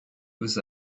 was